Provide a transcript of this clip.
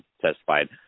testified